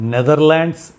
Netherlands